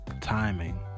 timing